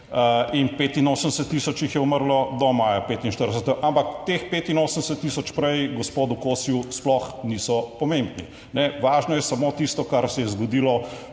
in 85 tisoč jih je umrlo do maja 2045. Ampak teh 85 tisoč prej gospodu Kosiju sploh niso pomembni. Važno je samo tisto, kar se je zgodilo